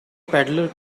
peddler